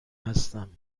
هستم